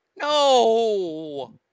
No